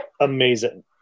amazing